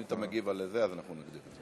אם אתה מגיב על זה, אז אנחנו נגדיר את זה.